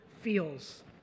feels